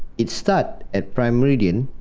it starts at prime meridian,